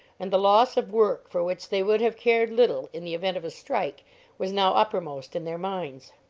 and the loss of work for which they would have cared little in the event of a strike was now uppermost in their minds.